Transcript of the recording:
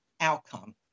outcome